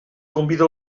convida